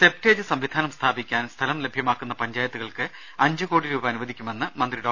septage സംവിധാനം സ്ഥാപിക്കാൻ സ്ഥലം ലഭ്യമാക്കുന്ന പഞ്ചാ യത്തുകൾക്ക് അഞ്ചു കോടി രൂപ അനുവദിക്കുമെന്ന് മന്ത്രി ഡോ